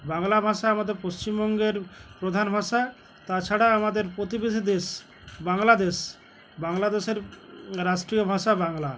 বাংলা ভাষা আমাদের পশ্চিমবঙ্গের প্রধান ভাষা তাছাড়া আমাদের প্রতিবেশী দেশ বাংলাদেশ বাংলাদেশের রাষ্ট্রীয় ভাষা বাংলা